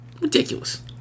Ridiculous